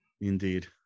Indeed